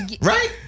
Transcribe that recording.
Right